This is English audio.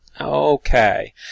Okay